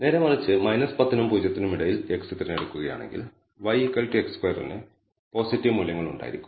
നേരെമറിച്ച് 10 നും 0 നും ഇടയിൽ x തിരഞ്ഞെടുക്കുകയാണെങ്കിൽ y x2 ന് പോസിറ്റീവ് മൂല്യങ്ങൾ ഉണ്ടായിരിക്കും